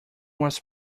was